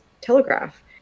telegraph